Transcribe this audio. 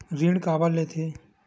ऋण काबर लेथे?